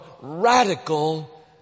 radical